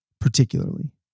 particularly